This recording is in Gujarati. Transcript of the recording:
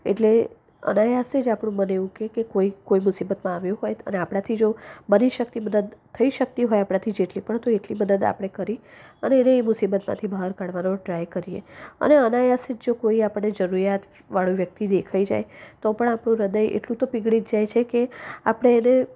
એટલે અનાયાસે જ આપણું મન એવું કહે કે કોઈ કોઈ મુસીબતમાં આવ્યું હોય અને આપણાથી જો બની શકતી મદદ થઈ શકતી હોય આપણાથી જેટલી પણ મદદ આપણે કરી અને એને એ મુસીબતમાંથી બહાર કાઢવાનો ટ્રાઈ કરીએ અને અનાયાસે જો કોઈ આપણને જરૂરિયાતવાળું વ્યક્તિ દેખાય જાય તો પણ આપણું હૃદય એટલું તો પીગળી જ જાય છે કે આપણે એને